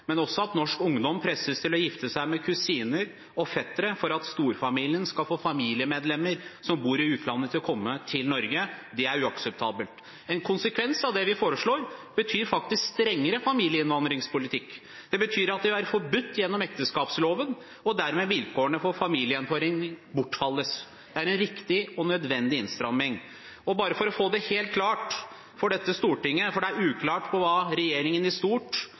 men også om at norsk ungdom presses til å gifte seg med kusiner og fettere for at storfamilien skal få familiemedlemmer som bor i utlandet, til å komme til Norge. Det er uakseptabelt. En konsekvens av det vi foreslår, vil faktisk være en strengere familieinnvandringspolitikk, at det vil være forbudt gjennom ekteskapsloven, og dermed vil vilkårene for familiegjenforening bortfalle. Det er en riktig og nødvendig innstramming. Og bare for å få det helt klart for dette stortinget, for det er uklart hva regjeringen i stort,